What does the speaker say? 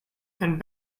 and